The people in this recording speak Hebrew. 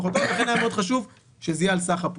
לכן היה מאוד חשוב שזה יהיה על סך הפול.